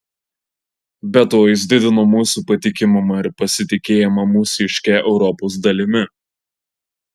be to jis didino mūsų patikimumą ir pasitikėjimą mūsiške europos dalimi